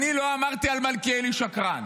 אני לא אמרתי על מלכיאלי "שקרן",